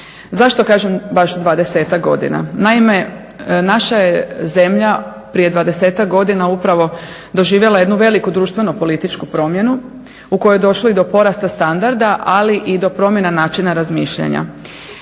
Zašto kažem baš dvadesetak godina? Naime, naša je zemlja prije dvadesetak godina upravo doživjela jednu veliku društvo političku promjenu u kojoj je došlo i do porasta standarda, ali i do promjena način razmišljanja.